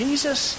Jesus